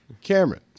Cameron